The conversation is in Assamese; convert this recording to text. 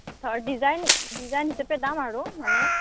ধৰ ডিজাইন ডিজাইন হিচাপে দাম আৰু মানে